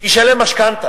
ישלם משכנתה.